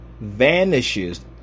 vanishes